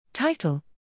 Title